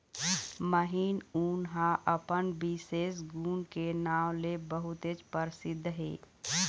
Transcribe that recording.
महीन ऊन ह अपन बिसेस गुन के नांव ले बहुतेच परसिद्ध हे